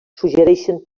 suggereixen